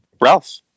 Ralph